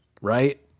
right